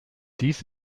dies